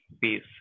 peace